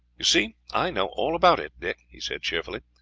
you see i know all about it, dick, he said cheerily,